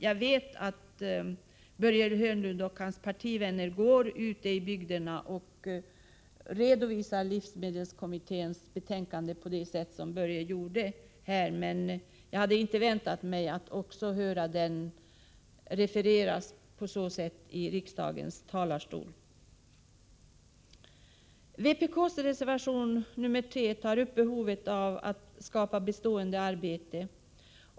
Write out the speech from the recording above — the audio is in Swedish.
Jag vet att Börje Hörnlund och hans partivänner ute i bygderna redovisar livsmedelskommitténs betänkande på det sätt som han här gjorde, men jag hade inte väntat mig att också få höra det refereras på det viset från riksdagens talarstol. I reservation nr 3 från vpk tar man bl.a. upp frågan om behovet av att skapa bestående arbeten.